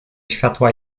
światła